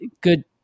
good